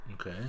okay